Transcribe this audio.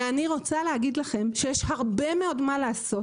זה אומר שאני רוצה להגיד לכם שיש הרבה מאוד מה לעשות,